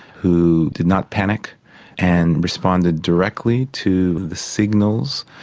who did not panic and responded directly to the signals.